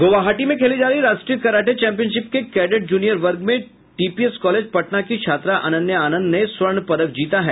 गोवाहाटी में खेली जा रही राष्ट्रीय कराटे चैपियनशिप के कैंडेट जूनियर वर्ग में टीपीएस कॉलेज पटना की छात्रा अनन्या आनंद ने स्वर्ण पदक जीता है